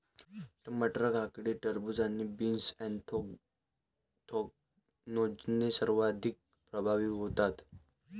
टमाटर, काकडी, खरबूज आणि बीन्स ऍन्थ्रॅकनोजने सर्वाधिक प्रभावित होतात